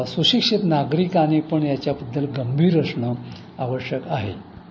सुशिक्षित नागरिकांनी पण याच्याबद्दल गंभीर असणं आवश्यक आहे